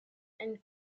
and